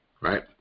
Right